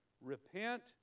Repent